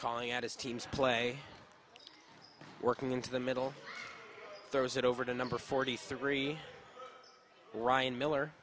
calling out his team's play working into the middle there was it over the number forty three ryan miller